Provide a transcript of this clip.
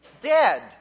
Dead